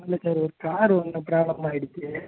இல்லை சார் ஒரு கார் ஒன்று ப்ராப்ளம் ஆகிடுச்சி